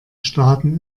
staaten